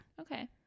okay